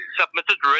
submitted